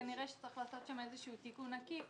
כנראה שצריך לעשות שם איזשהו תיקון עקיף